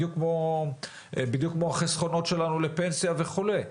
בדיוק כמו החסכונות שלנו לפנסיה וכולי.